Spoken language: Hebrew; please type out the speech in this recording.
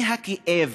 מהכאב.